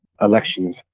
election's